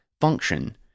function